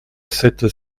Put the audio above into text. sept